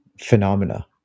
phenomena